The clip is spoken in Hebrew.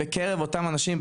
בקרב אותם אנשים,